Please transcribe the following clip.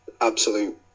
absolute